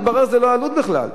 מתברר שזה לא העלות בכלל.